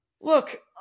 Look